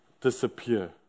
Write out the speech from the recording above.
disappear